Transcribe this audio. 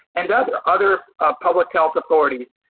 and other other public health authorities,